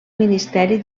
ministeri